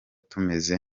tumeze